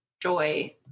joy